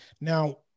Now